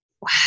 wow